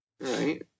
Right